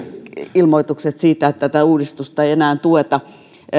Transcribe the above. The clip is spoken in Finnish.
ilmoitukset siitä että tätä uudistusta ei enää tueta